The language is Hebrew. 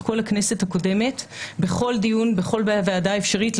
כל הכנסת הקודמת בכל דיון ובכל ועדה אפשרית,